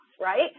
right